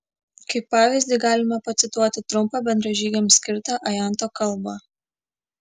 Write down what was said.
kaip pavyzdį galime pacituoti trumpą bendražygiams skirtą ajanto kalbą